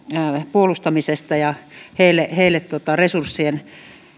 puolustamiseksi ja ja resurssien